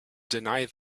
deny